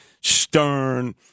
Stern